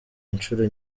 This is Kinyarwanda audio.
inshuro